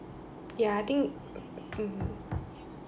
ya I think mmhmm